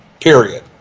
Period